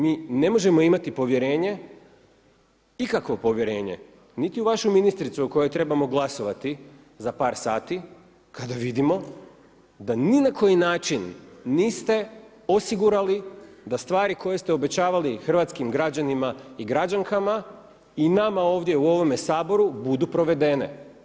Mi ne možemo imati povjerenje, ikakvo povjerenje, niti u vašu ministricu o kojoj trebamo glasovati za par sati kada vidimo da ni na koji način niste osigurali da stvari koje ste obećavali hrvatskim građanima i građankama i nama ovdje u ovome Saboru budu provedene.